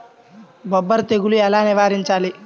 బొబ్బర తెగులు ఎలా నివారించాలి?